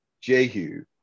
Jehu